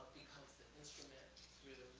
becomes the instrument